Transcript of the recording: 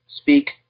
speak